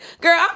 Girl